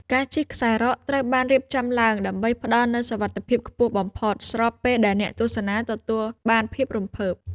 ការជិះខ្សែរ៉កត្រូវបានរៀបចំឡើងដើម្បីផ្ដល់នូវសុវត្ថិភាពខ្ពស់បំផុត ស្របពេលដែលអ្នកទស្សនាទទួលបានភាពរំភើប។